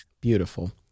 Beautiful